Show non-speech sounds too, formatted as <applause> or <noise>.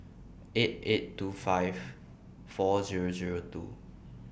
eight eight two five four Zero Zero two <noise>